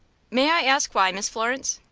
may i ask why, miss florence?